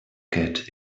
get